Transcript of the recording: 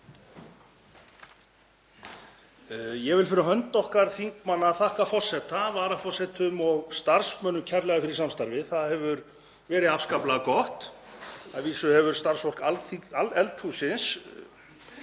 Ég vil fyrir hönd okkar þingmanna þakka forseta, varaforsetum og starfsmönnum kærlega fyrir samstarfið. Það hefur verið afskaplega gott. Að vísu hefur starfsfólk eldhússins